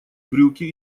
брюки